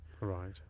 right